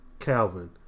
Calvin